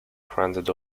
granted